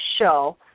show